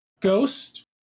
Ghost